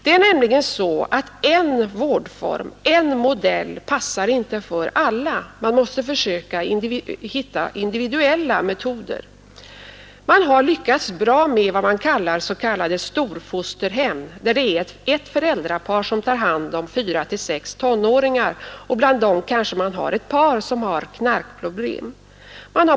En modell passar nämligen inte för alla; man måste försöka finna individuella vårdformer. Man har lyckats bra med s.k. storfosterhem, där ett föräldrapar tar hand om 4—6 tonåringar, och bland dem kanske det finns ett par som har knarkproblem.